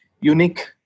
unique